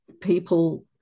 people